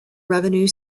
revenue